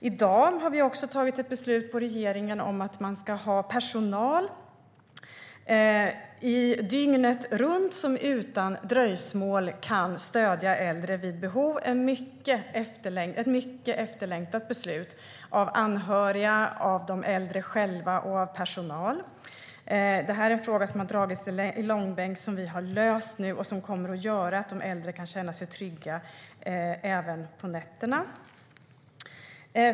I dag har vi också tagit ett beslut i regeringen om att man ska ha personal dygnet runt som utan dröjsmål kan stödja äldre vid behov. Det är ett mycket efterlängtat beslut av anhöriga, av de äldre själva och av personal. Det är en fråga som har dragits i långbänk och som vi nu har löst, och det kommer att göra att de äldre kan känna sig trygga även på nätterna.